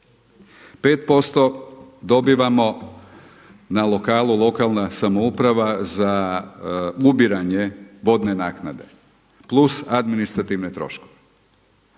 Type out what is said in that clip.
dobivamo na lokalu, lokalna samouprava, za ubiranje vodne naknade plus administrativne troškove.